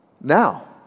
now